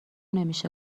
نمیشه